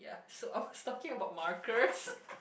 so I was talking about markers